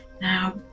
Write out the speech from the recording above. Now